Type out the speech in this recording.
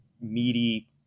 meaty